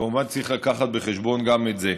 כמובן שצריך להביא בחשבון גם את זה.